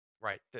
right